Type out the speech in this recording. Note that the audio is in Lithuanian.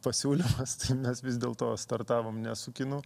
pasiūlymas tai mes vis dėl to startavom ne su kinu